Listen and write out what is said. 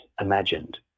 imagined